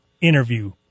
interview